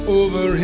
over